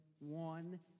one